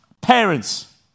Parents